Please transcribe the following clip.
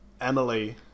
Emily